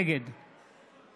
נגד